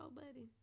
buddy